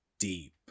deep